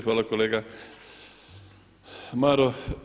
Hvala kolega Maro.